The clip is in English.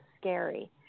scary